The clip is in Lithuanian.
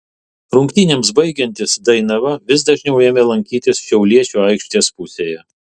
rungtynėms baigiantis dainava vis dažniau ėmė lankytis šiauliečių aikštės pusėje